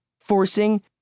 forcing